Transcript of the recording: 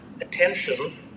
attention